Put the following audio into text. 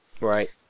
Right